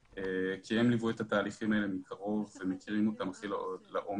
כי הם ליוו את התהליכים האלה מקרוב והם מכירים אותם הכי לעומק.